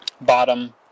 Bottom